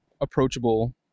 approachable